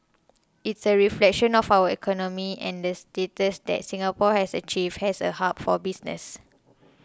it is a reflection of our economy and the status that Singapore has achieved as a hub for business